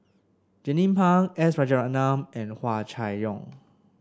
Jernnine Pang S Rajaratnam and Hua Chai Yong